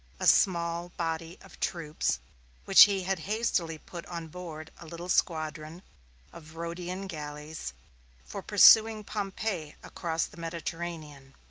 a small body of troops which he had hastily put on board a little squadron of rhodian galleys for pursuing pompey across the mediterranean.